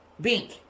Bink